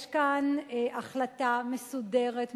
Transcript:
יש כאן החלטה מסודרת,